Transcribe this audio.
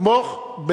לתמוך.